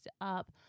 up